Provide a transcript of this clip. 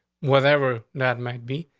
whatever that might be.